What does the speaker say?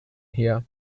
heer